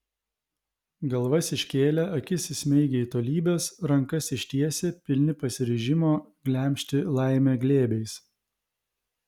galvas iškėlę akis įsmeigę į tolybes rankas ištiesę pilni pasiryžimo glemžti laimę glėbiais